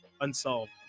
Unsolved